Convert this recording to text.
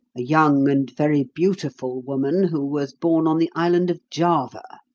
a young and very beautiful woman, who was born on the island of java,